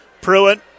Pruitt